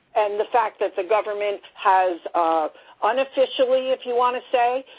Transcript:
and the fact that the government has unofficially, if you want to say,